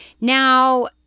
now